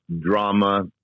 drama